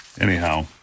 Anyhow